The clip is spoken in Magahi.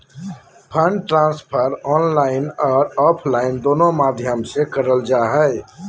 फंड ट्रांसफर ऑनलाइन आर ऑफलाइन दोनों माध्यम से करल जा हय